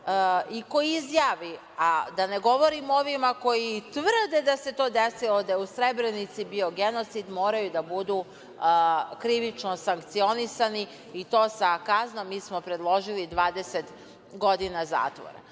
i ko izjavi, a da ne govorim o ovima koji tvrde da se to desilo, da je u Srebrenici bio genocid, moraju da budu krivično sankcionisani i to sa kaznom. Mi smo predložili 20 godina zatvora. Mi